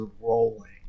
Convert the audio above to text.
rolling